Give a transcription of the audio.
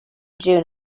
june